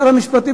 שר המשפטים,